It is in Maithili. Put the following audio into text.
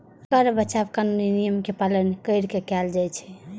कर बचाव कानूनी नियम के पालन कैर के कैल जाइ छै